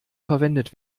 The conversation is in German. verwendet